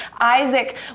Isaac